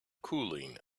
cooling